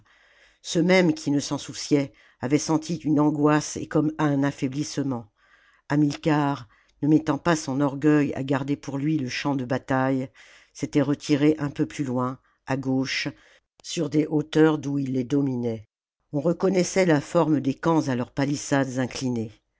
ceux mêmes qui ne s'en souciaient avaient senti une angoisse et comme un affaibhssement hamilcar ne mettant pas son orgueil à garder pour lui le champ de bataille s'était retiré un peu plus loin à gauche sur des hauteurs d'oii il les dominait on reconnaissait la forme des camps à leurs pahssades inclinées